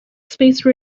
space